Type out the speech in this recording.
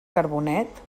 carbonet